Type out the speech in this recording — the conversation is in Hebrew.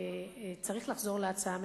שצריך לחזור להצעה המקורית.